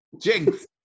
Jinx